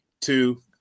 two